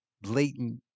blatant